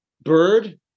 bird